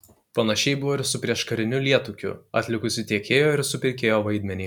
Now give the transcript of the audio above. panašiai buvo su prieškariniu lietūkiu atlikusiu tiekėjo ir supirkėjo vaidmenį